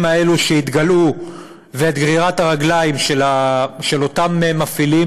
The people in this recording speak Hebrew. האלה שהתגלעו ואת גרירת הרגליים של אותם מפעילים,